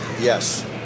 Yes